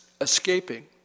escaping